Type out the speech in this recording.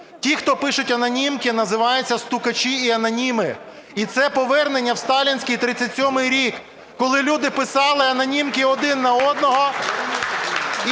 Ті, хто пишуть анонімки, називаються "стукачі" і "аноніми", і це повернення в сталінський 37-й рік, коли люди писали анонімки один на одного.